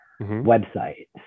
website